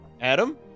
Adam